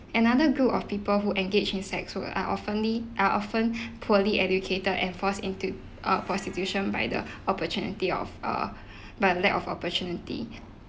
another group of people who engage in sex work are oftenly are often poorly educated and forced into err prostitution by the opportunity of err by the lack of opportunity